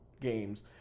games